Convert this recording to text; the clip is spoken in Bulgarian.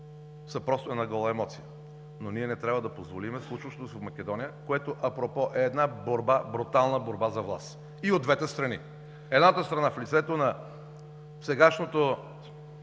са просто една гола емоция. Ние не трябва да позволим случващото се в Македония, което апропо е една борба, брутална борба за власт и от двете страни – едната страна в лицето на сегашното